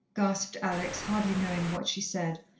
gasped alex, hardly knowing what she said,